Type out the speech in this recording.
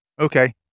okay